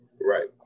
Right